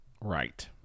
Right